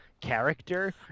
character